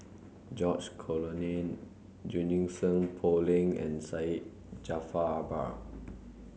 George Collyer Junie Sng Poh Leng and Syed Jaafar Albar